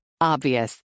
Obvious